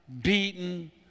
beaten